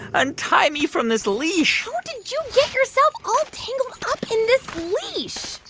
untie me from this leash how did you get yourself all tangled up in this leash? oh,